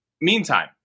Meantime